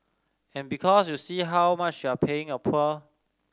and because you see how much you're paying